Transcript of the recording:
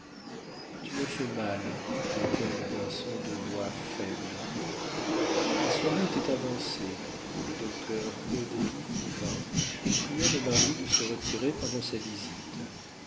tu me fais mal dit-elle d'un son de voix faible la soirée était avancée le docteur haudry vint et pria le mari de se retirer pendant sa visite